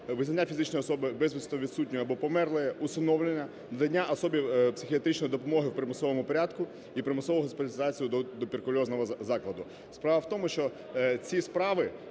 визнання фізичної особи безвісно відсутньої або померлої, усиновлення, надання особі психіатричної допомоги в примусовому порядку і госпіталізацію до туберкульозного закладу. Справа в тому, що ці справи